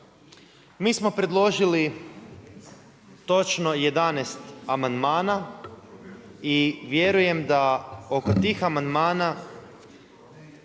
Mi smo predložili točno 11 amandmana i vjerujem da oko tih amandmana,